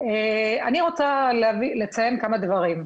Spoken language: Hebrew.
אני רוצה לציין כמה דברים.